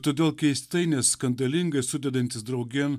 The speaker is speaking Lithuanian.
todėl keistai neskandalingai sudedantis draugėn